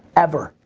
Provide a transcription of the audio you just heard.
ever,